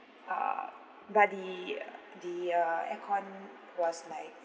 uh but the uh the uh aircon was like